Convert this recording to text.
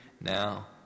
Now